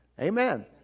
Amen